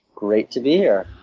great to be here.